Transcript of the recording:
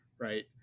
right